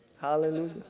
Hallelujah